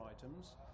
items